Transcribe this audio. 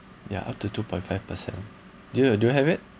ya after two point five percent do you do you have it